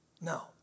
No